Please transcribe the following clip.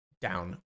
down